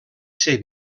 ser